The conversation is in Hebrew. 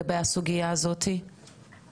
אפשר לבדוק ולהביא לוועדה את הנתונים,